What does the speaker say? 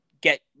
get